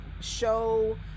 show